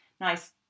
Nice